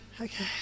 Okay